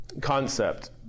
concept